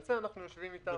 על זה אנחנו יושבים איתם.